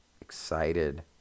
excited